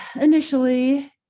initially